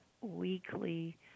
weekly